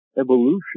Evolution